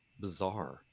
bizarre